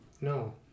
No